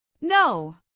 No